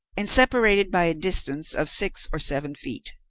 and separated by a distance of six or seven feet.